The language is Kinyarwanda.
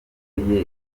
indirimbo